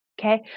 okay